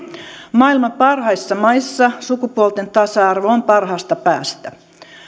maailman parhaissa maissa sukupuolten tasa arvo on parhaasta päästä